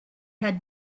had